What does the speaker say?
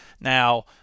Now